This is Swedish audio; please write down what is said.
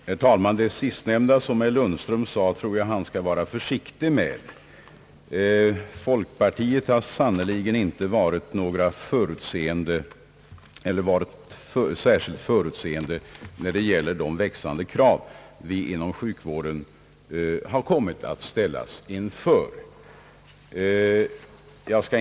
Herr talman! Det sista som herr Lundström sade tror jag han skall vara försiktig med. Folkpartiet har sannerligen inte varit särskilt förutseende när det gäller de växande krav inom sjukvården vi har kommit att ställas inför.